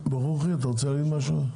ברוכי, אתה רוצה להגיד משהו?